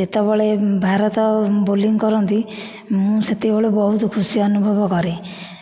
ଯେତେବେଳେ ଭାରତ ବୋଲିଂ କରନ୍ତି ମୁଁ ସେତିକି ବେଳକୁ ବହୁତ ଖୁସି ଅନୁଭବ କରେ